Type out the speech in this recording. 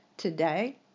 Today